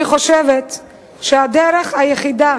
אני חושבת שהדרך היחידה